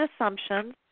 assumptions